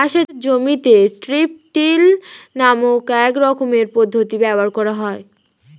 চাষের জমিতে strip till নামক এক রকমের পদ্ধতি ব্যবহার করা হয়